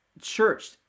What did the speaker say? church